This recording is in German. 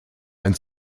ein